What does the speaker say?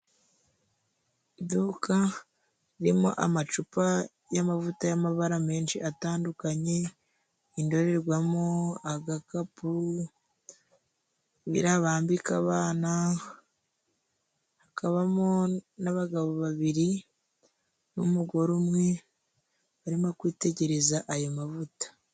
Iduka ririmo amacupa y'amavuta y'amabara menshi atandukanye, indorerwamo, agakapu ,birabambika abana, hakabamo n'abagabo babiri n'umugore umwe barimo kwitegereza ayo mavuta.